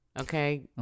Okay